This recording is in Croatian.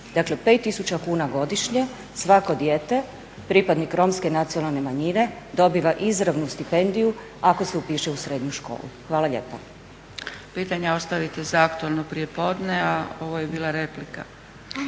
dakle pet tisuća kuna godišnje svako dijete, pripadnik Romske nacionale manjine dobiva izravnu stipendiju ako se upiše u srednju školu. Hvala lijepo. **Zgrebec, Dragica (SDP)** Pitanja ostavite za aktualno prijepodne, a ovo je bila replika.